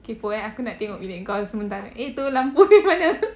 kepoh eh aku nak tengok bilik kau sementara